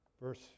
verse